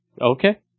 Okay